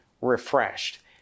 refreshed